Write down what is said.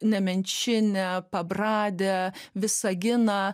nemenčinę pabradę visaginą